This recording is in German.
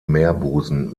meerbusen